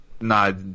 No